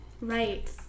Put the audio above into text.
right